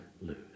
lose